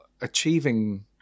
achieving